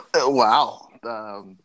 Wow